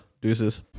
deuces